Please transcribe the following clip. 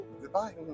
Goodbye